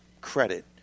credit